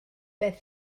beth